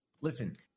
Listen